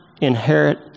inherit